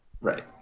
Right